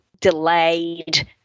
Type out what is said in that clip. delayed